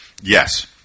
Yes